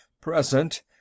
Present